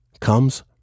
comes